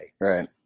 Right